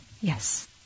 yes